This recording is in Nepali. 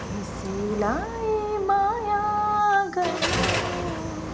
त्यसैलाई माया गर्नु